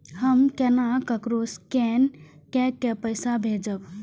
हम केना ककरो स्केने कैके पैसा भेजब?